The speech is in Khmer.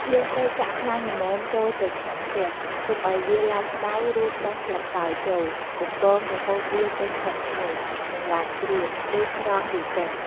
យើងត្រូវចាក់់ខ្លាញ់ល្មមចូលទៅក្នុងខ្ទះ ទុកឲ្យវាឡើងក្ដៅ រួចបោះស្លឹកតើយចូល បំពងរហូតវាចេញក្លិនឈ្ងុយ និង ឡើងក្រៀម ទើបស្រង់វាចេញ។